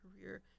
career